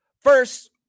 First